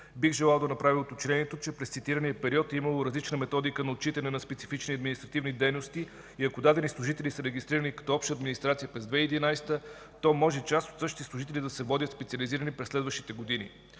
Бих желал да направя уточнението, че през цитирания период е имало различна методика на отчитане на специфични административни дейности и ако дадени служители са регистрирани като обща администрация през 2011 г., то може част от същите служители да се водят специализирани през следващите години.